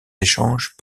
échanges